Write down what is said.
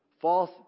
False